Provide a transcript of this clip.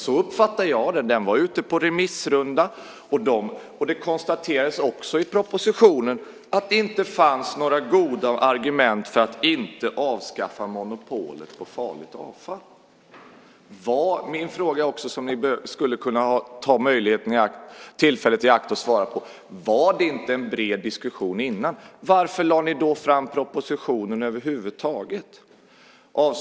Så uppfattar jag det. Den var ute på remissrunda, och det konstaterades också i propositionen att det inte fanns några goda argument för att inte avskaffa monopolet på farligt avfall. Min fråga som ni skulle kunna ta tillfället i akt att svara på är: Var det inte en bred diskussion innan? Varför lade ni då fram propositionen över huvud taget?